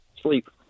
Sleep